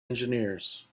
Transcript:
engineers